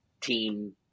team